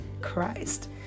Christ